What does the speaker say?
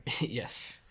yes